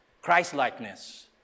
Christ-likeness